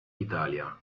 italia